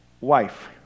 wife